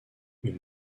une